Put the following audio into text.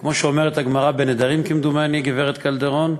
וכמו שאומרת הגמרא, בנדרים, כמדומני, גברת קלדרון: